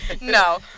No